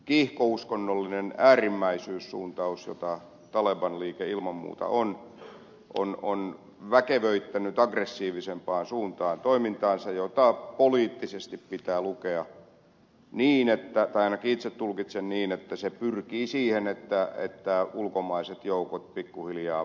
kiihkouskonnollinen äärimmäisyyssuuntaus jollainen taleban liike ilman muuta on on väkevöittänyt aggressiivisempaan suuntaan toimintaansa jota poliittisesti pitää lukea niin tai ainakin itse tulkitsen niin että se pyrkii siihen että ulkomaiset joukot pikkuhiljaa vetäytyisivät